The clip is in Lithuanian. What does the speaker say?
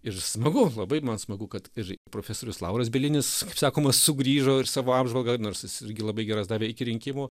ir smagu labai man smagu kad ir profesorius lauras bielinis kaip sakoma sugrįžo ir savo apžvalgą nors jis irgi labai geras davė iki rinkimų